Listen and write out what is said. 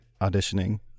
auditioning